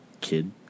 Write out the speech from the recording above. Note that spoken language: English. kid